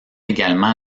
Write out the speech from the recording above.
également